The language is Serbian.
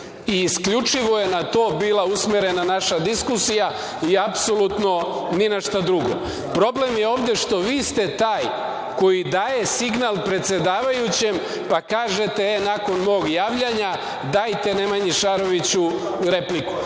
i isključivo je na to bila usmerena naša diskusija i apsolutno ni na šta drugo. Problem je ovde što ste vi taj koji daje signal predsedavajućem, pa kažete – nakon mog javljanja dajte Nemanji Šaroviću repliku.